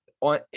on